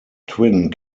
twin